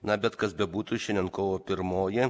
na bet kas bebūtų šiandien kovo pirmoji